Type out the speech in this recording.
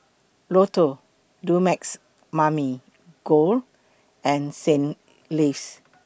Lotto Dumex Mamil Gold and Saint Ives